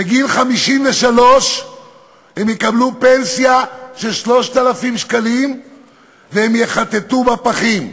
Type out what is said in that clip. בגיל 53 הם יקבלו פנסיה של 3,000 שקלים והם יחטטו בפחים,